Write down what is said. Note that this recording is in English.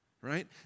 right